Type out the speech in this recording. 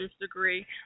degree